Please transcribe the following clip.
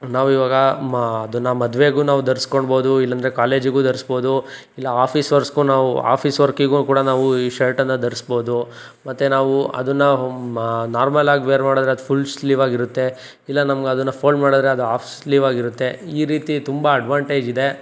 ನಾವು ಇವಾಗ ಮ್ ಅದನ್ನು ಮದುವೆಗೂ ನಾವು ಧರಿಸ್ಕೊಳ್ಬೋದು ಇಲ್ಲಂದ್ರೆ ಕಾಲೇಜ್ಗೂ ಧರಿಸ್ಬೋದು ಇಲ್ಲ ಆಫೀಸ್ ವರ್ಕ್ಸ್ಗೂ ನಾವು ಆಫೀಸ್ ವರ್ಕಿಗೂ ಕೂಡ ನಾವು ಈ ಶರ್ಟನ್ನು ಧರಿಸ್ಬೋದು ಮತ್ತೆ ನಾವು ಅದನ್ನು ಮ ನಾರ್ಮಲ್ ಆಗಿ ವೇರ್ ಮಾಡಿದ್ರೆ ಅದು ಫುಲ್ ಸ್ಲೀವ್ ಆಗಿರುತ್ತೆ ಇಲ್ಲ ನಮ್ಗೆ ಅದನ್ನು ಫೋಲ್ಡ್ ಮಾಡಿದ್ರೆ ಅದು ಹಾಫ್ ಸ್ಲೀವ್ ಆಗಿರುತ್ತೆ ಈ ರೀತಿ ತುಂಬ ಅಡ್ವಾಂಟೇಜ್ ಇದೆ